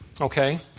Okay